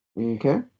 Okay